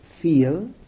feel